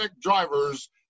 drivers